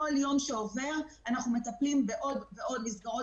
כל יום שעובר אנחנו רואים עוד ועוד מסגרות